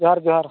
ᱡᱚᱦᱟᱨ ᱡᱚᱦᱟᱨ